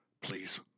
please